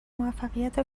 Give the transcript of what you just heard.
موفقیت